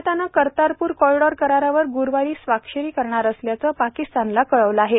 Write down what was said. भारतानं कर्तारपूर कॉरिडोर करारावर गुरूवारी स्वाक्षरी करणार असल्याचं पाकिस्तानला कळवलं आहे